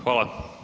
Hvala.